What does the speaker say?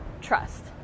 trust